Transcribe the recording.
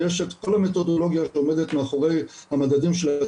יש את כל המתודולוגיה שעומדת מאחורי המדדים של ה